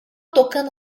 tocando